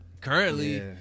currently